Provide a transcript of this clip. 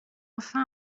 enfin